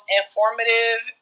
informative